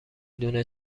دونه